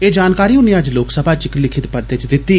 एह जानकारी उने अज्ज लोकसभा च इक लिखित परते च दिती